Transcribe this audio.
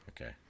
okay